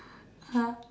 !huh!